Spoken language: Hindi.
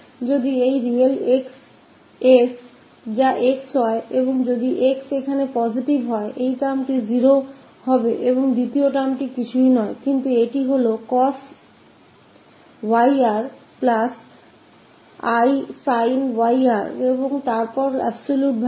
यह रियल 𝑠 जो 𝑥 है अगर 𝑥 यहां पॉजिटिव है यह टर्म 0 की तरफ जाएगा और दूसरा टर्म होगा cos 𝑦𝑅 𝑖 sin 𝑦𝑅 और उसकी अब्सोलुटे वैल्यू